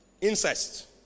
Incest